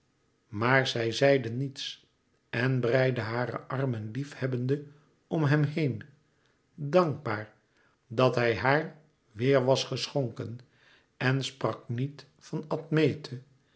maar zij zeide niets en breidde hare armen lief hebbende om hem heen dankbaar dat hij haar weêr was geschonken en sprak niet van admete